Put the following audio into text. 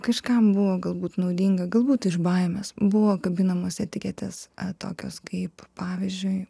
kažkam buvo galbūt naudinga galbūt iš baimės buvo kabinamos etiketės a tokios kaip pavyzdžiui